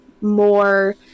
more